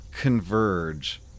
converge